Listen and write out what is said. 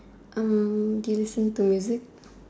Hm do you listen to music